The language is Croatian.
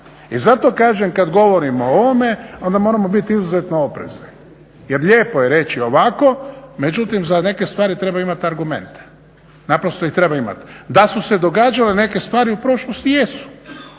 I zato kažem kad govorimo o ovome onda moramo biti izuzetno oprezni jer lijepo je reći ovako, međutim za neke stvari treba imati argumente. Naprosto ih treba imati. Da su se događale neke stvari u prošlosti jesu,